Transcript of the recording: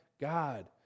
God